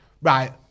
Right